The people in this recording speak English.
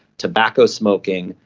tobacco smoking,